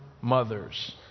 mothers